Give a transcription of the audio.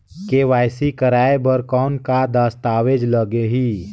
KYC कराय बर कौन का दस्तावेज लगही?